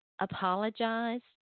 apologized